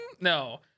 no